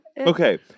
Okay